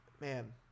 man